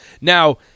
Now